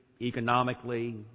economically